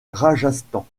rajasthan